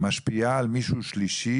משפיעה על מישהו שלישי,